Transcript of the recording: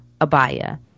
abaya